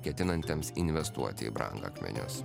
ketinantiems investuoti į brangakmenius